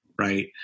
right